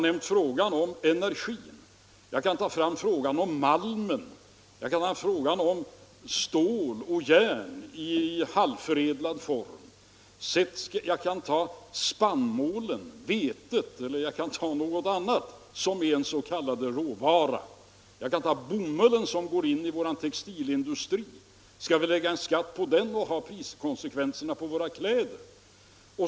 I stället för energin, som jag nämnt, kan jag peka på malm, på stål och järn i halvförädlad form, på spannmål eller på någon annan råvara. Ta t.ex. den bomull som går in i vår textilindustri! Skall vi lägga en skatt på den och ta priskonsekvenserna på våra kläder?